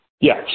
Yes